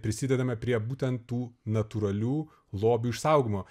prisidedame prie būtent tų natūralių lobių išsaugojimo